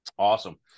awesome